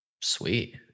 Sweet